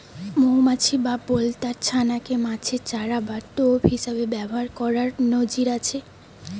মউমাছি বা বলতার ছানা কে মাছের চারা বা টোপ হিসাবে ব্যাভার কোরার নজির আছে